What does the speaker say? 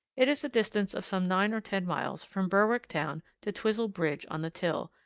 it is a distance of some nine or ten miles from berwick town to twizel bridge on the till,